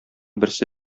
берсе